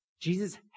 Jesus